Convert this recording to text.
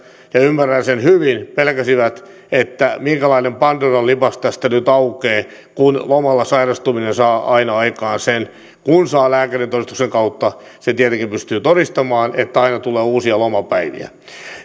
ja ymmärrän sen hyvin pelkäsivät että minkälainen pandoran lipas tästä nyt aukeaa kun lomalla sairastuminen saa aina aikaan sen että kun saa lääkärintodistuksen sen kautta tietenkin pystyy todistamaan että aina tulee uusia lomapäiviä